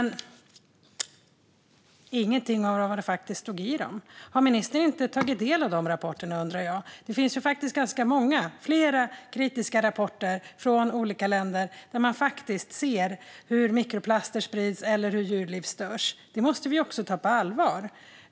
Han nämnde dock ingenting om vad som faktiskt står i forskningsrapporterna. Har ministern inte tagit del av dem? Det finns flera kritiska rapporter från olika länder om hur mikroplaster sprids och hur djurliv störs. Det måste vi också ta på allvar.